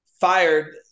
fired